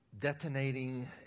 detonating